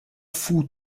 fous